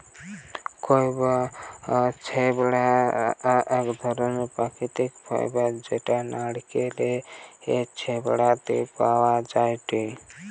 কইর বা ছোবড়া এক ধরণের প্রাকৃতিক ফাইবার যেটা নারকেলের ছিবড়ে তে পাওয়া যায়টে